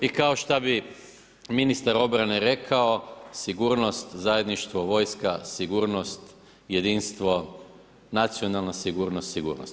I kao što bi ministar obrane rekao, sigurnost, zajedništvo, vojska, sigurnost, jedinstvo, nacionalna sigurnost, sigurnost.